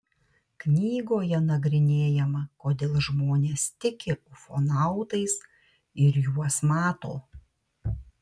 knygoje nagrinėjama kodėl žmonės tiki ufonautais ir juos mato